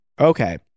Okay